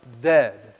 dead